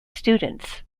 students